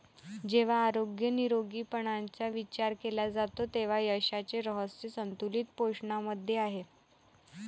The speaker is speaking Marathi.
जेव्हा आरोग्य निरोगीपणाचा विचार केला जातो तेव्हा यशाचे रहस्य संतुलित पोषणामध्ये आहे